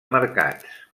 mercats